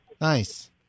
Nice